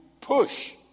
push